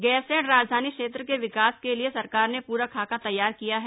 गैरसैंण राजधानी क्षेत्र के विकास के लिए सरकार ने पूरा खाका तैयार किया है